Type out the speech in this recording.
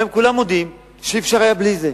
היום כולם מודים שאי-אפשר היה בלי זה.